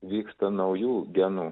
vyksta naujų genų